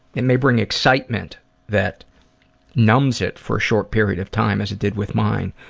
it may bring excitement that numbs it for a short period of time as it did with mine,